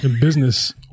Business